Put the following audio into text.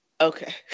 Okay